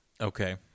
Okay